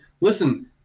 listen